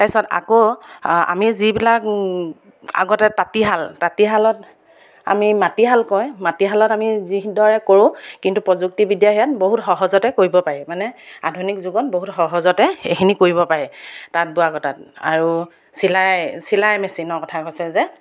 তাৰপিছত আকৌ আমি যিবিলাক আগতে তাঁতীশাল তাঁতীশালত আমি মাটিশাল কয় মাটিশালত আমি যিদৰে কৰোঁ কিন্তু প্ৰযুক্তিবিদ্যা সেয়াত বহুত সহজতে কৰিব পাৰি মানে আধুনিক যুগত বহুত সহজতে সেইখিনি কৰিব পাৰে তাঁত বোৱা কটা আৰু চিলাই চিলাই মেচিনৰ কথা কৈছে যে